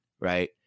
right